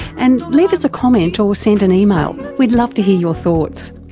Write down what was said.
and leave us a comment or send an email. we'd love to hear your thoughts.